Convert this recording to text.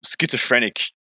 schizophrenic